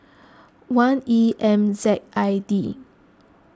one E M Z I D